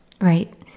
Right